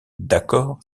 d’accord